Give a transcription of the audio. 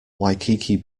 waikiki